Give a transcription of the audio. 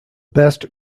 best